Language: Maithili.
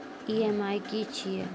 ई.एम.आई की छिये?